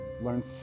learn